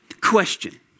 Question